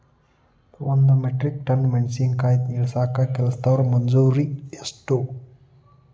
ಒಂದ್ metric tonne ಮೆಣಸಿನಕಾಯಿ ಇಳಸಾಕ್ ಕೆಲಸ್ದವರ ಮಜೂರಿ ಎಷ್ಟ?